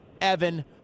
Evan